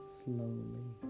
slowly